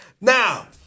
Now